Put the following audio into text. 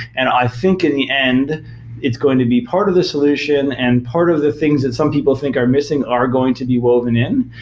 and i think in the end it's going to be part of the solution and of the things that some people think are missing are going to be woven in.